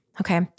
Okay